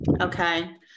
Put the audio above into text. Okay